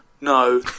No